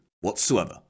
whatsoever